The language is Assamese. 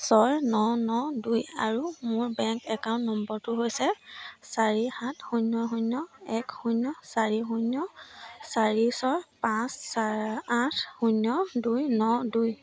ছয় ন ন দুই আৰু মোৰ বেংক একাউণ্ট নম্বৰটো হৈছে চাৰি সাত শূন্য শূন্য এক শূন্য চাৰি শূন্য চাৰি ছয় পাঁচ চা আঠ শূন্য দুই ন দুই